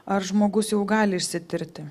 ar žmogus jau gali išsitirti